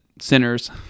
sinners